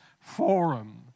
Forum